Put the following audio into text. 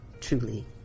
truly